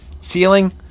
Ceiling